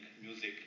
music